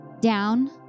down